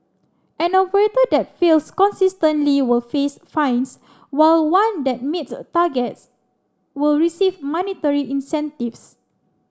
an operator that fails consistently will face fines while one that meets targets will receive monetary incentives